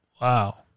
Wow